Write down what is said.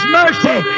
mercy